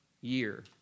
year